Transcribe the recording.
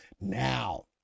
now